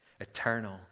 eternal